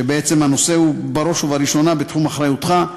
שהנושא הוא בעצם בראש ובראשונה בתחום אחריותך,